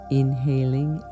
inhaling